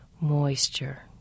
moisture